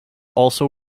also